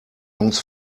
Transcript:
jungs